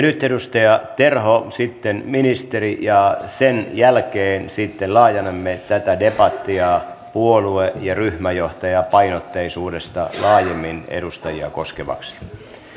nyt edustaja terho sitten ministeri ja sen jälkeen sitten laajennamme tätä debattia puolue ja ryhmäjohtajapainotteisuudesta laajemmin edustajia koskevaksi